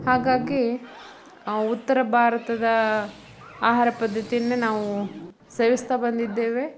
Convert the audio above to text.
ಹಾಗಾಗಿ ಉತ್ತರ ಭಾರತದ ಆಹಾರ ಪದ್ದತಿಯನ್ನೆ ನಾವು ಸೇವಿಸ್ತಾ ಬಂದಿದ್ದೇವೆ